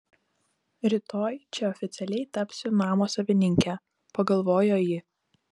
rytoj čia oficialiai tapsiu namo savininke pagalvojo ji